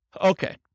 Okay